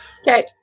Okay